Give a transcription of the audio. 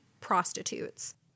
prostitutes